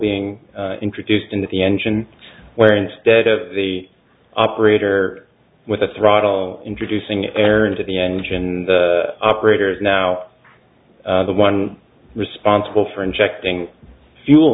being introduced into the engine where instead of the operator with the throttle introducing air into the engine the operators now the one responsible for injecting fuel